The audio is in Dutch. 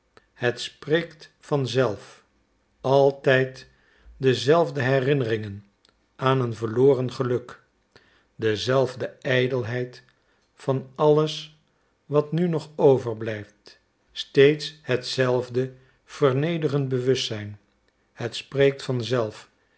het spreekt van zelf altijd dezelfde herinneringen aan een verloren geluk dezelfde ijdelheid van alles wat nu nog overblijft steeds hetzelfde vernederend bewustzijn het spreekt